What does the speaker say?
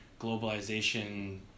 globalization